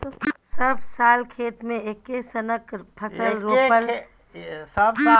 सब साल खेत मे एक्के सनक फसल रोपल जाइ छै